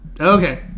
Okay